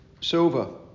silver